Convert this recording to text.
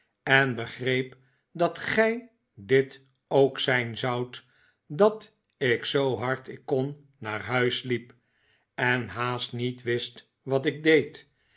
en begreep dat gij dit ook zijn zoudt dat ik zoo hard ik kon naar huis liep en haast niet wist wat ik deed